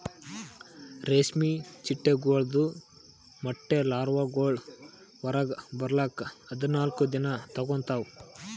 ರೇಷ್ಮೆ ಚಿಟ್ಟೆಗೊಳ್ದು ಮೊಟ್ಟೆ ಲಾರ್ವಾಗೊಳ್ ಹೊರಗ್ ಬರ್ಲುಕ್ ಹದಿನಾಲ್ಕು ದಿನ ತೋಗೋತಾವ್